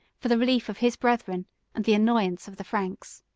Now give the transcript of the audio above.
for the relief of his brethren and the annoyance of the franks.